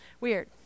Weird